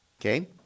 Okay